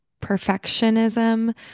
perfectionism